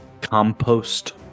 Compost